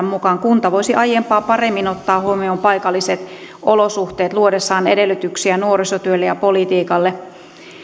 mukaan kunta voisi aiempaa paremmin ottaa huomioon paikalliset olosuhteet luodessaan edellytyksiä nuorisotyölle ja politiikalle